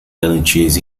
garantias